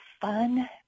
fun